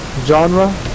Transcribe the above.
genre